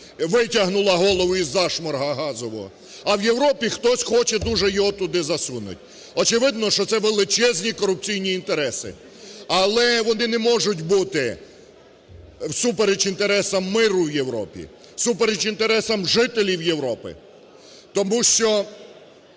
витягнула голову із зашморгу газового, а в Європі хтось хоче дуже її туди засунути. Очевидно, що це величезні корупційні інтереси. Але вони не можуть бути всупереч інтересам миру в Європі, всупереч інтересам жителів Європи, тому що